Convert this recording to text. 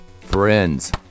Friends